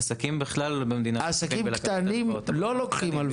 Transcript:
עסקים בכלל במדינת ישראל לא לוקחים הלוואות.